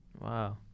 Wow